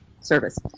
service